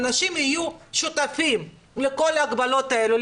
אנשים יהיו שותפים לכל ההגבלות האלה,